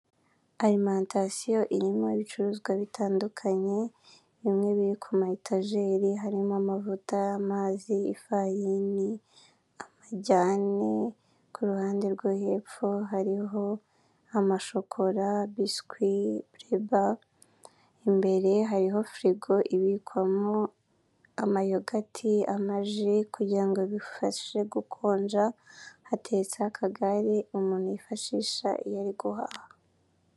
Alimantasiyo irimo ibicuruzwa bitandukanye, bimwe biri ku ma etajeri harimo amavuta y'amazi, ifayini, amajyane, ku ruhande rwo hepfo hariho amashokora, biswi, bureba, imbere hariho firigo ibikwamo amayogati, amaji, kugira ngo bifashe gukonja; hateretseho akagare umuntu yifashisha iyo ari guhaha.